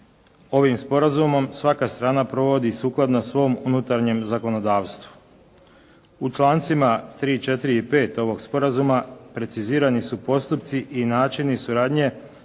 ovim sporazumom svaka strana provodi sukladno svom unutarnjem zakonodavstvu. U člancima 3., 4. i 5. ovog sporazuma precizirani su postupci i načini suradnje